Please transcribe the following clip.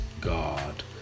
God